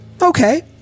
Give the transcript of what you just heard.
Okay